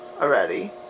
Already